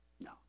No